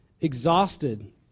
exhausted